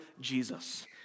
Jesus